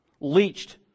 leached